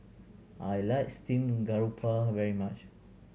I like steamed garoupa very much